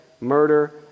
murder